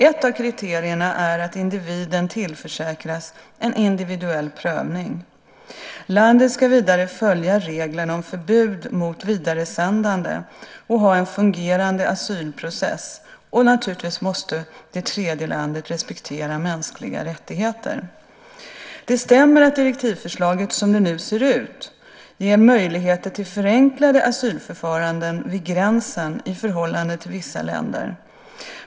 Ett av kriterierna är att individen tillförsäkras en individuell prövning. Landet ska vidare följa reglerna om förbud mot vidaresändande och ha en fungerande asylprocess, och naturligtvis måste tredjelandet respektera mänskliga rättigheter. Det stämmer att direktivförslaget som det ser ut nu ger möjligheter till förenklade asylförfaranden vid gränsen i förhållande till vissa länder.